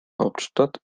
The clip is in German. hauptstadt